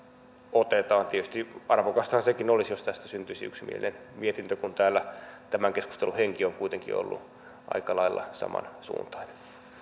otetaan tietysti arvokastahan sekin olisi jos tästä syntyisi yksimielinen mietintö kun täällä tämän keskustelun henki on kuitenkin ollut aika lailla samansuuntainen